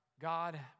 God